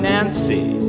Nancy